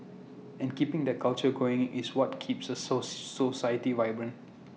and keeping that culture going is what keeps A so society vibrant